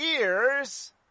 ears